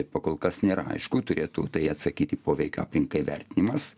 pa kol kas nėra aišku turėtų tai atsakyti poveikio aplinkai vertinimas